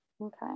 Okay